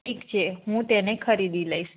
ઠીક છે હું તેને ખરીદી લઈશ